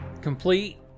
complete